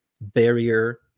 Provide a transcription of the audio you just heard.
barrier